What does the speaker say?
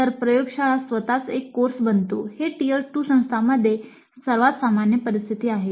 तर प्रयोगशाळा स्वतःच एक कोर्स बनतो हे टियर 2 संस्थांमध्ये सर्वात सामान्य परिस्थिती आहे